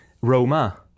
Roma